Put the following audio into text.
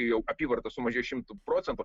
jau apyvarta sumažėjo šimtu procentų